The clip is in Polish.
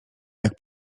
jak